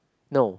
no